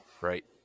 right